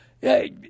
hey